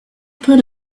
put